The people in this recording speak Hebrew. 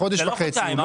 לחודש וחצי.